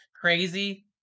crazy